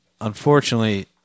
unfortunately